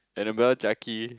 Anabella Jacky